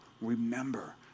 remember